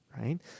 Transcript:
right